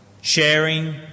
sharing